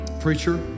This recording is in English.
Preacher